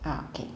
ah okay